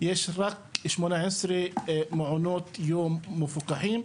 יש רק 18 מעונות יום מפוקחים.